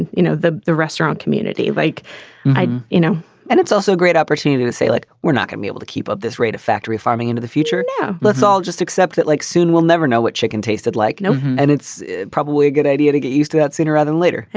and you know, the the restaurant community, like i you know and it's also a great opportunity to say, look, like we're not going to be able to keep up this rate of factory farming into the future. now, let's all just accept that, like soon we'll never know what chicken tasted like. no. and it's probably a good idea to get used to that sooner rather than later.